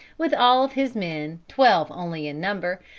with all his men, twelve only in number,